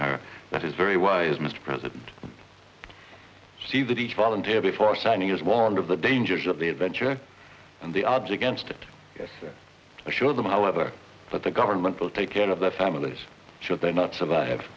her that is very wise mr president see that each volunteer before signing has warned of the dangers of the adventure and the object against us showed them however that the government will take care of the fabulous should they not survive